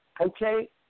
Okay